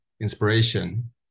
inspiration